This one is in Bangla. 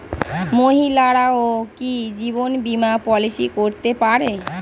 মহিলারাও কি জীবন বীমা পলিসি করতে পারে?